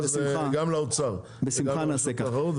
גם לאוצר וגם לרשות התחרות,